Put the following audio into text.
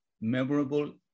memorable